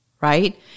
right